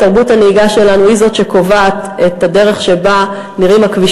תרבות הנהיגה שלנו היא שקובעת את הדרך שבה הכבישים